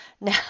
Now